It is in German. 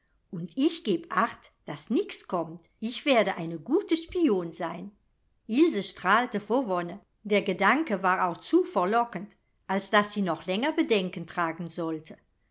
und ich geb acht daß nix kommt ich werde eine gute spion sein ilse strahlte vor wonne der gedanke war auch zu verlockend als daß sie noch länger bedenken tragen sollte